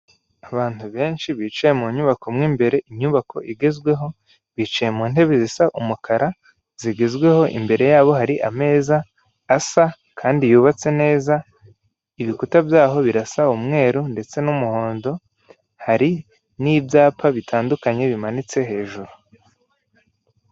Abantu benshi bicaye mu nyubako mo imbere, inyubako igezweho, bicaye mu ntebe zisa umukara zigezweho, imbere yabo hari ameza asa kandi yubatse neza, ibikuta byaho birasa umweru ndetse n'umuhondo, hari n'ibyapa bitandukanye bimanitse hejuru.